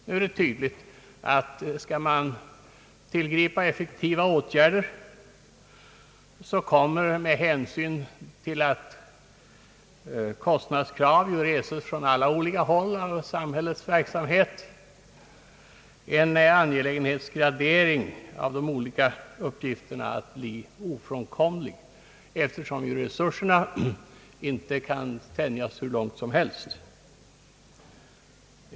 Nu är det tydligt att om man skall tillgripa effektiva åtgärder kommer, med hänsyn till att kostnadskrav ju reses från olika håll av samhällets verksamhet, en angelägenhetsgradering av de lika uppgifterna att bli ofrånkomlig, eftersom resurserna inte kan tänjas hur långt som helst.